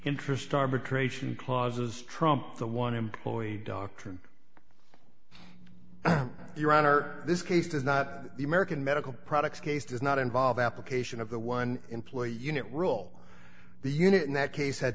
interest arbitration clauses trump the one employee doctrine your honor this case does not the american medical products case does not involve application of the one employee unit rule the unit in that case